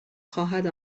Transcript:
خواهد